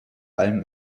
allem